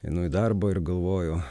einu į darbą ir galvoju